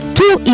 two